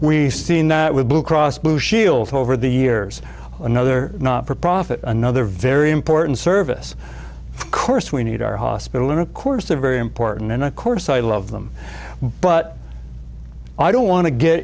we seen that with blue cross blue shield over the years another not for profit another very important service course we need our hospital and of course a very important and of course i love them but i don't wan